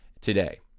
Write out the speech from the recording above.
today